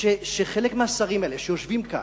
שחלק מהשרים האלה, שיושבים כאן,